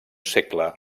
segle